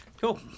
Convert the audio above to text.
Cool